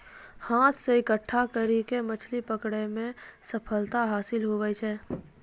हाथ से इकट्ठा करी के मछली पकड़ै मे सफलता हासिल हुवै छै